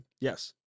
yes